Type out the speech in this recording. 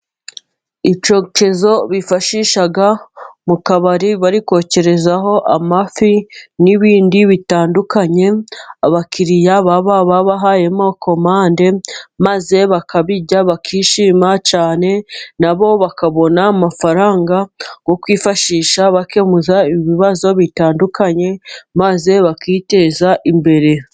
Icyokezo bifashisha mu kabari bari kokerezaho amafi n'ibindi bitandukanye abakiriya baba babahayemo komande, maze bakabirya bakishima cyane. Na bo bakabona amafaranga yo kwifashisha bakemura ibibazo bitandukanye, maze bakiteza imbere.